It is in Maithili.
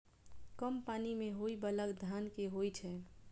कम पानि मे होइ बाला धान केँ होइ छैय?